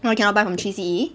why cannot buy from three C_E